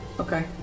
Okay